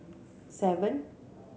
seven